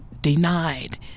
denied